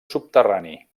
subterrani